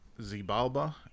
Zibalba